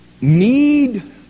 need